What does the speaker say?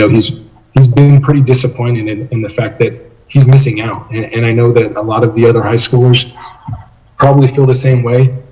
um has has been pretty disappointed in in the fact that he is missing out. and and i know that a lot of the other high schoolers probably feel the same way.